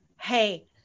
Hey